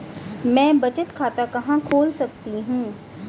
मैं बचत खाता कहां खोल सकती हूँ?